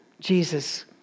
jesus